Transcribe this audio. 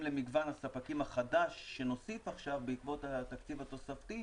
למגוון הספקים החדש שנוסיף עכשיו בעקבות התקציב התוספתי.